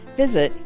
visit